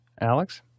Alex